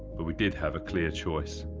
but we did have a clear choice.